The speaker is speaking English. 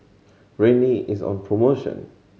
Rene is on promotion